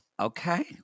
Okay